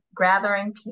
gathering